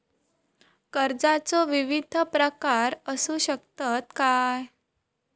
कर्जाचो विविध प्रकार असु शकतत काय?